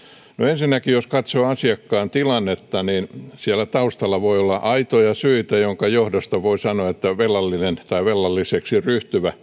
ongelma jos katsoo asiakkaan tilannetta niin siellä taustalla voi olla aitoja syitä joiden johdosta voi sanoa että velallisella tai velalliseksi ryhtyvällä